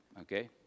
Okay